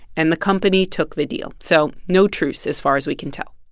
and the company took the deal. so no truce as far as we can tell